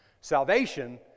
Salvation